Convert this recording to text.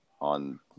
on